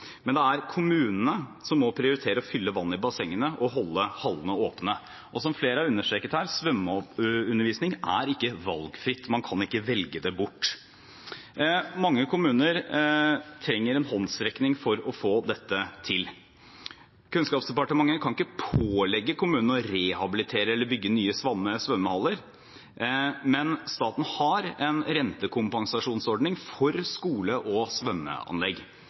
Men det er kommunene som må prioritere å fylle vann i bassengene og holde hallene åpne. Og som flere har understreket her – svømmeundervisningen er ikke valgfri, man kan ikke velge den bort. Mange kommuner trenger en håndsrekning for å få dette til. Kunnskapsdepartementet kan ikke pålegge kommunene å rehabilitere eller bygge nye svømmehaller, men staten har en rentekompensasjonsordning for skole- og svømmeanlegg.